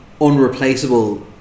unreplaceable